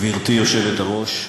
גברתי היושבת-ראש,